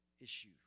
issue